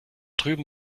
drüben